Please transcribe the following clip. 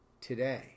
today